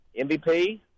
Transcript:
MVP